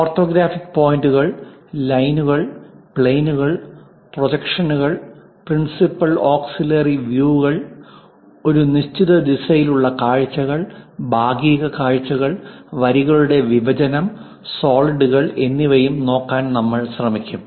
orthographic പോയിന്റുകൾ ലൈനുകൾ പ്ലെയിനുകൾ പ്രൊജക്ഷനുകൾ പ്രിൻസിപ്പൽ ഓക്സിലിയേരി വ്യൂവുകൾ ഒരു നിശ്ചിത ദിശയിലുള്ള കാഴ്ചകൾ ഭാഗീയ കാഴ്ചകൾ വരികളുടെ വിഭജനം സോളിഡുകൾ എന്നിവയും നോക്കാൻ നമ്മൾ ശ്രമിക്കും